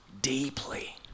deeply